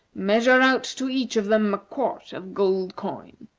measure out to each of them a quart of gold coin.